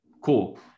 cool